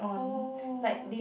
oh